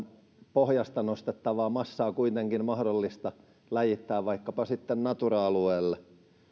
pohjasta nostettavaa massaa kuitenkin mahdollista läjittää vaikkapa sitten natura alueelle